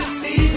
see